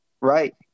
right